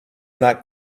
not